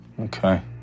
Okay